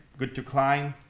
good to climb,